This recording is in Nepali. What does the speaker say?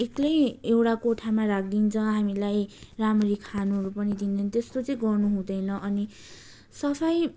एक्लै एउटा कोठामा राखिदिन्छ हामीलाई राम्ररी खानुहरू पनि दिँदैन त्यस्तो चाहिँ गर्नुहुँदैन अनि सफाइ